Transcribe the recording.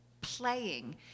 playing